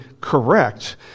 correct